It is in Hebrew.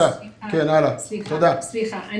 סליחה,